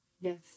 Yes